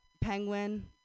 Penguin